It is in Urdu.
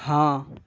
ہاں